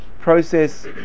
process